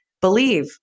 believe